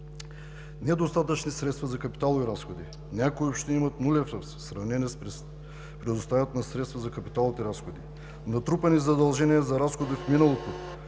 Недостатъчни средства за капиталови разходи. Някои общини имат нулев ръст в сравнение с предоставянето на средства за капиталовите разходи. Натрупани задължения за разходи в миналото…